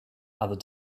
other